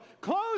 close